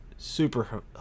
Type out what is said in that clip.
Super